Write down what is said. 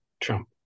Trump